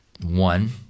One